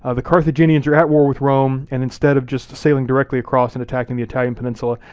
ah the carthaginians are at war with rome and instead of just sailing directly across and attacking the italian peninsula,